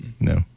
No